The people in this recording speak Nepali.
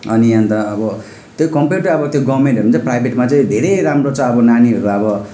अनि अन्त अब त्यही कम्पेयर टु अब त्यो गभर्मेन्ट भने चाहिँ प्राइभेटमा चाहिँ धेरै राम्रो छ अब नानीहरू अब